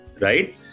right